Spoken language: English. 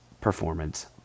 Performance